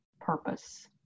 purpose